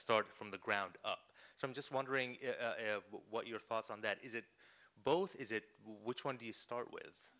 start from the ground up so i'm just wondering what your thoughts on that is it both is it which one do you start with